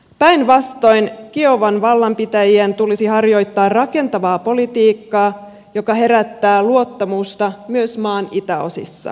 päinvastoin kiovan vallanpitäjien tulisi harjoittaa rakentavaa politiikkaa joka herättää luottamusta myös maan itäosissa